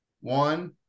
One